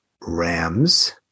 Rams